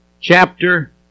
Chapter